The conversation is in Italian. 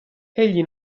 egli